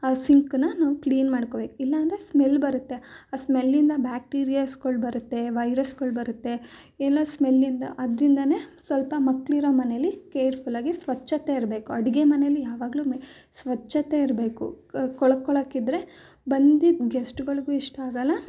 ಆ ಸಿಂಕ್ನ ನಾವು ಕ್ಲೀನ್ ಮಾಡ್ಕೊಳ್ಬೇಕು ಇಲ್ಲ ಅಂದ್ರೆ ಸ್ಮೆಲ್ ಬರುತ್ತೆ ಆ ಸ್ಮೆಲ್ಲಿಂದ ಬ್ಯಾಕ್ಟೀರಿಯಾಸ್ಗಳು ಬರುತ್ತೆ ವೈರಸ್ಗಳು ಬರುತ್ತೆ ಎಲ್ಲ ಸ್ಮೆಲ್ಲಿಂದ ಅದ್ರಿಂದಾಲೇ ಸ್ವಲ್ಪ ಮಕ್ಕಳಿರೋ ಮನೆಯಲ್ಲಿ ಕೇರ್ಫುಲ್ಲಾಗಿ ಸ್ವಚ್ಛತೆ ಇರಬೇಕು ಅಡುಗೆ ಮನೆಯಲ್ಲಿ ಯಾವಾಗಲೂ ಸ್ವಚ್ಛತೆ ಇರಬೇಕು ಕೊಳಕು ಕೊಳಕಿದ್ದರೆ ಬಂದಿದ್ದ ಗೆಸ್ಟ್ಗಳಿಗೂ ಇಷ್ಟ ಆಗೋಲ್ಲ